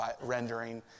rendering